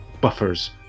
buffers